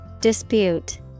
Dispute